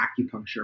acupuncture